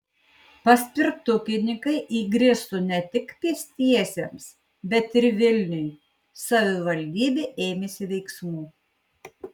paspirtukininkai įgriso ne tik pėstiesiems bet ir vilniui savivaldybė ėmėsi veiksmų